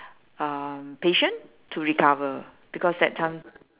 um patient to recover because that time